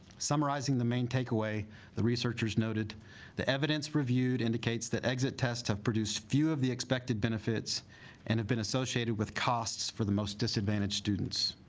summarizing the main takeaway the researchers noted evidence reviewed indicates that exit tests have produced few of the expected benefits and have been associated with costs for the most disadvantaged students